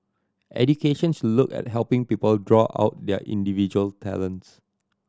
education should look at helping people draw out their individual talents